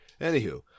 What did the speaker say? Anywho